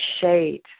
shade